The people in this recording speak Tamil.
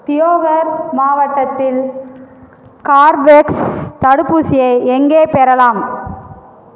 தியோகர் மாவட்டத்தில் கார்பவேக்ஸ் தடுப்பூசியை எங்கே பெறலாம்